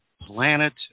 planet